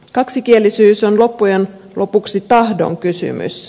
kaksikielisyys on loppujen lopuksi tahdon kysymys